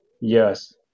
Yes